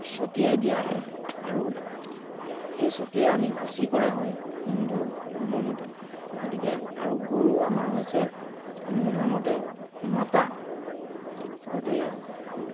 ছটিয়াই দিয়া হয় আৰু সেই ছটিয়াই আমি শুচি কৰা হয় হিন্দু ধৰ্মমতে গতিকে আৰু গৰু আমাৰ হৈছে হিন্দু ধৰ্মমতে মাতা গতিকে